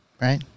Right